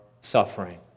suffering